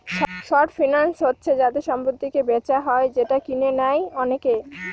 short finance হচ্ছে যাতে সম্পত্তিকে বেচা হয় যেটা কিনে নেয় অনেকে